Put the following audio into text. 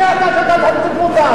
מי אתה שאתה תטיף מוסר?